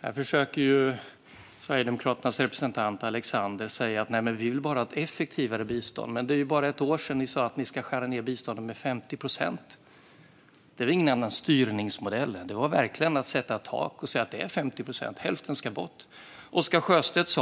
Här försöker Sverigedemokraternas representant Alexander Christiansson säga att ni bara vill ha ett effektivare bistånd. Men det är bara ett år sedan som ni sa att ni ska skära ned på biståndet med 50 procent. Det var ingen annan styrmodell. Det var verkligen att sätta ett tak och säga att det ska vara 50 procent - hälften ska bort. Oscar Sjöstedt,